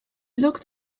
looked